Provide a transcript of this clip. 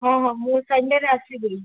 ହଁ ହଁ ମୁଁ ସାଙ୍ଗରେ ଆସିବି